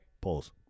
Pause